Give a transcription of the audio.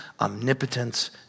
omnipotence